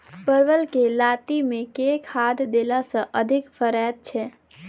परवल केँ लाती मे केँ खाद्य देला सँ अधिक फरैत छै?